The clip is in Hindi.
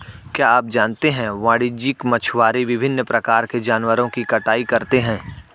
क्या आप जानते है वाणिज्यिक मछुआरे विभिन्न प्रकार के जानवरों की कटाई करते हैं?